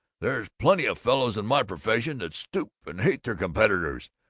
there's plenty of fellows in my profession that stoop and hate their competitors,